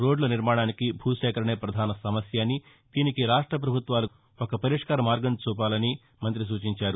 రోడ్ల నిర్మాణానికి భూసేకరణే ప్రధాన సమస్య అని దీనికి రాష్ట పభుత్వాలు ఒక పరిష్కార మార్గం చూడాలని మంత్రి సూచించారు